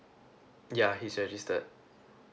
ya he is registered